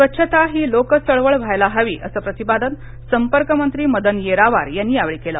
स्वच्छता ही लोकचळवळ व्हायला हवी असं प्रतिपादन संपर्क मंत्री मदन येरावार यांनी यावेळी केलं